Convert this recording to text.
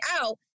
out